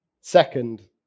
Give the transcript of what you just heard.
Second